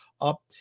up